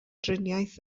driniaeth